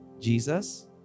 jesus